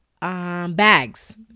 Bags